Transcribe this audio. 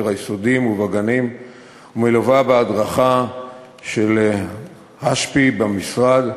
היסודיים ובגנים ומלווה בהדרכה של השפ"י במשרד,